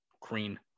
Cream